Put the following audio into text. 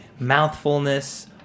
mouthfulness